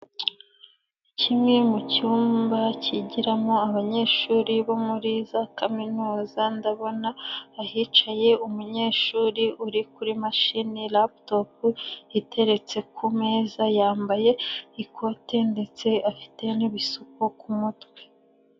Kimwe mu cyumba kigiramo abanyeshuri bo muri za kaminuza ndabona ahicaye umunyeshuri uri kuri mashini laptop, iteretse ku meza yambaye ikote ndetse afite n'ibisuko ku mutwe.